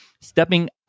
stepping